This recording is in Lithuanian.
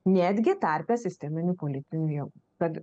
netgi tarpe sisteminių politinių jėgų bet